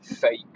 fake